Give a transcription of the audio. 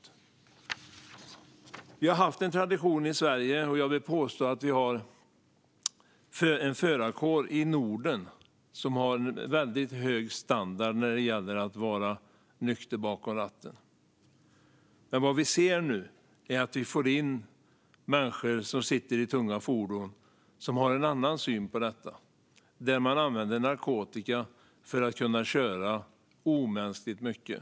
Jag vill påstå att vi har haft en tradition i Sverige som innebär att vi har en förarkår i Norden som har en väldigt hög standard när det gäller att vara nykter bakom ratten. Men vad vi nu ser är att vi får in människor som sitter i tunga fordon och som har en annan syn på detta. De använder narkotika för att kunna köra omänskligt mycket.